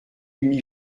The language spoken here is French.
mis